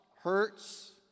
hurts